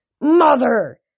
Mother